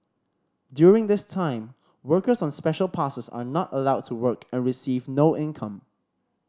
during this time workers on Special Passes are not allowed to work and receive no income